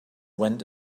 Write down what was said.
went